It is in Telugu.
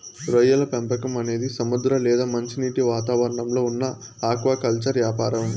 రొయ్యల పెంపకం అనేది సముద్ర లేదా మంచినీటి వాతావరణంలో ఉన్న ఆక్వాకల్చర్ యాపారం